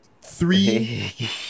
three